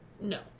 No